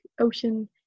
ocean